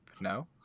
no